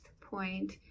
point